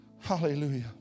Hallelujah